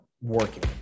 working